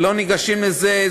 לא ניגשים לזה,